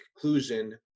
conclusion